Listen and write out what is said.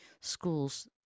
schools